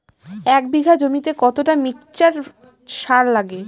এক বিঘা জমিতে কতটা মিক্সচার সার লাগে?